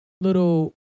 Little